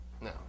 No